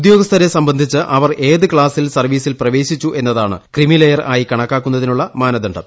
ഉദ്യോഗസ്ഥരെ സംബന്ധിച്ച് അവർ ഏതു ക്ലാസിൽ സർവീസിൽ പ്രവേശിച്ചു എന്നതാണ് ക്രീമിലെയർ ആയി കണക്കാക്കുന്നതിനുള്ള മാനദണ്ഡം